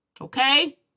Okay